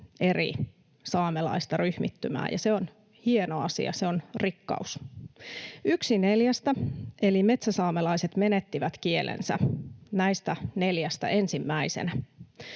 eri saamelaista ryhmittymää, ja se on hieno asia. Se on rikkaus. Yksi neljästä eli metsäsaamelaiset menettivät kielensä näistä neljästä ensimmäisenä.